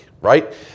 right